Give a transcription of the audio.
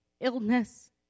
illness